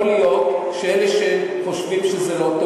יכול להיות שאלה שחושבים שזה לא טוב,